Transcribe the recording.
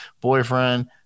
boyfriend